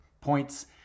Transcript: points